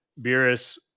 Beerus